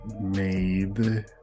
made